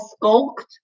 skulked